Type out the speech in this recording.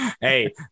hey